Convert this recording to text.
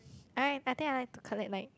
alright I think I like to collect like